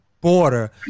border